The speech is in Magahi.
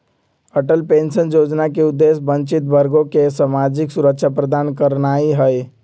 अटल पेंशन जोजना के उद्देश्य वंचित वर्गों के सामाजिक सुरक्षा प्रदान करनाइ हइ